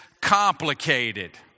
complicated